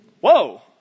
Whoa